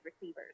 receivers